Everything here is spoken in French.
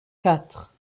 quatre